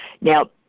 Now